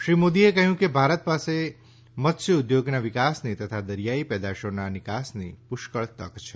શ્રી મોદીએ કહ્યું કે ભારત પાસે મત્સ્યોદ્યોગના વિકાસની તથા દરિયાઇ પેદાશોના નીકાસની પુષ્કળ તક છે